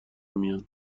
میان